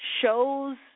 shows